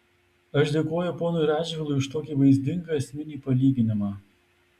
aš dėkoju ponui radžvilui už tokį vaizdingą esminį palyginimą